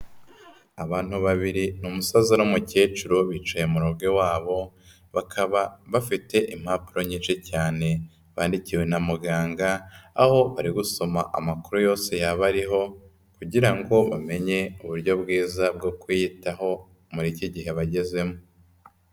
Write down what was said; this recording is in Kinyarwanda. Abantu babiri, ni umusaza n'umukecuru, bicaye mu rugo iwabo, bakaba bafite impapuro nyinshi cyane, bandikiwe na muganga, aho bari gusoma amakuru yose yaba ariho kugira ngo bamenye uburyo bwiza bwo kwiyitaho muri iki gihe bagezemo.